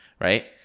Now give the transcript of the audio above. right